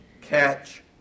catch